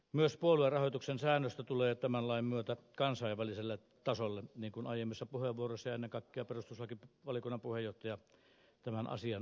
myös puoluerahoituksen säännöstö tulee tämän lain myötä kansainväliselle tasolle niin kuin aiemmissa puheenvuoroissa kuultiin ja ennen kaikkea niin kuin perustuslakivaliokunnan puheenjohtaja tämän asian meille kertoi